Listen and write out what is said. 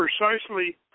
precisely